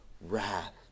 wrath